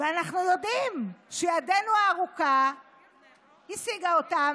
ואנחנו יודעים שידנו הארוכה השיגה אותם